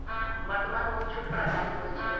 वर्तमान मोल छूट पर आधारित होइ छइ